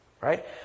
Right